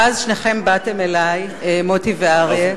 ואז שניכם באתם אלי, מוטי ואריה,